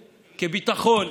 כביטחון,